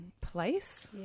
Place